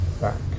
back